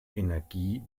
energie